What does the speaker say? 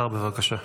השר, בבקשה.